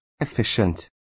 efficient